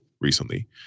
recently